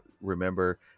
remember